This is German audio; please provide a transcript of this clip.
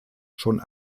schon